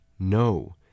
No